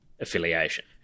affiliation